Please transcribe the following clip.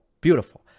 beautiful